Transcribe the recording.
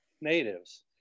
natives